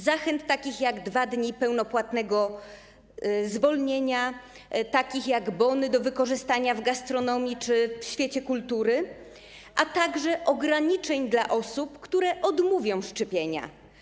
Zachęt takich, jak 2 dni pełnopłatnego zwolnienia, takich jak bony do wykorzystania w gastronomii czy w świecie kultury, a także ograniczeń dla osób, które odmówią szczepienia.